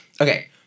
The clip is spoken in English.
Okay